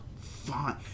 Fine